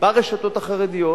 ברשתות החרדיות